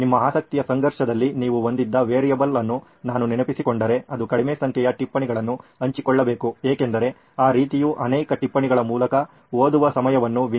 ನಿಮ್ಮ ಆಸಕ್ತಿಯ ಸಂಘರ್ಷದಲ್ಲಿ ನೀವು ಹೊಂದಿದ್ದ ವೇರಿಯೇಬಲ್ ಅನ್ನು ನಾನು ನೆನಪಿಸಿಕೊಂಡರೆ ಅದು ಕಡಿಮೆ ಸಂಖ್ಯೆಯ ಟಿಪ್ಪಣಿಗಳನ್ನು ಹಂಚಿಕೊಳ್ಳಬೇಕು ಏಕೆಂದರೆ ಆ ರೀತಿಯು ಅನೇಕ ಟಿಪ್ಪಣಿಗಳ ಮೂಲಕ ಓದುವ ಸಮಯವನ್ನು ವಿನಿಯೋಗಿಸುತ್ತದೆ